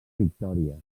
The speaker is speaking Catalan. victòria